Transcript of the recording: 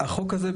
החוק הזה,